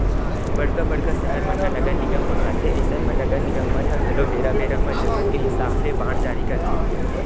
बड़का बड़का सहर मन ह नगर निगम मन म आथे अइसन म नगर निगम मन ह घलो बेरा बेरा म जरुरत के हिसाब ले बांड जारी करथे